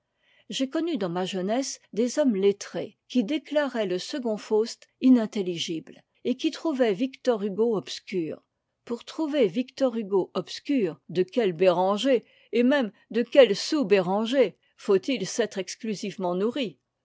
j'ai connu dans ma jeunesse des hommes lettrés qui déclaraient le second faust inintelligible et qui trouvaient victor hugo obscur pour trouver victor hugo obscur de quels bérangers et même de quels sous bérangers faut-il s'être exclusivement nourri